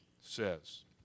says